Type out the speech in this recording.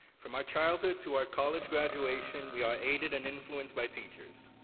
from our childhood to our college graduation, we are aided and influenced by teachers.